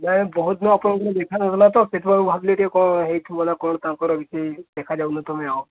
ନା ଜାଣେ ବହୁତ ଦିନ ଆପଣଙ୍କୁ ମୁଁ ଦେଖା ହେଲାନି ତ ସେଥିପାଇଁ ଭାବିଲି ଟିକେ କ'ଣ ହୋଇଥିବ ନା କ'ଣ ତାଙ୍କର କିଛି ଦେଖା ଯାଉନ ତୁମେ